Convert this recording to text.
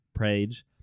page